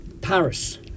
Paris